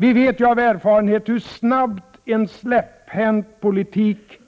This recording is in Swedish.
Vi vet ju av erfarenhet hur snabbt en släpphänt politik